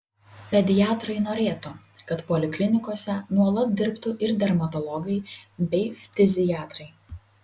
pediatrai norėtų kad poliklinikose nuolat dirbtų ir dermatologai bei ftiziatrai